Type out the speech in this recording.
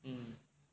mm